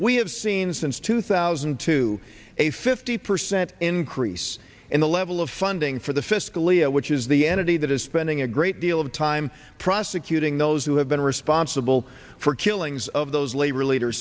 we have seen since two thousand and two a fifty percent increase in the level of funding for the fiscally a which is the entity that is spending a great deal of time prosecuting those who have been responsible for killings of those labor leader